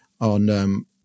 on